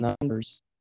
numbers